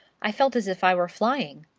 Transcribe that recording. i felt as if i were flying.